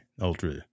Ultra